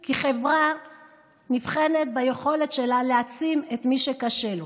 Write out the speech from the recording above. כי חברה נבחנת ביכולת שלה להעצים את מי שקשה לו.